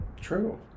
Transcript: True